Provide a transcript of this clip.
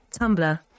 tumblr